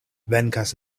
venkas